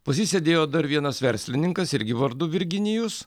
pas jį sėdėjo dar vienas verslininkas irgi vardu virginijus